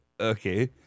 okay